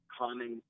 common